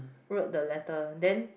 wrote the letter then